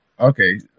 Okay